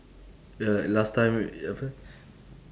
ya like last time apa